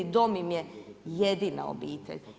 Dom im je jedina obitelj.